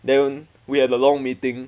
then we had a long meeting